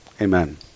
Amen